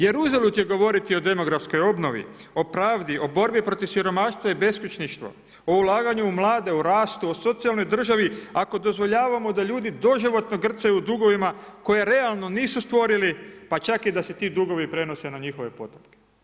Jer uzalud je govoriti o demografskoj obnovi, o pravdi, o borbi protiv siromaštva i beskučništvu, o ulaganju u mlade, o rastu, o socijalnoj državi ako dozvoljavamo da ljudi doživotno grcaju u dugovima koje realno nisu stvorili pa čak i da se ti dugovi prenose na njihove potomke.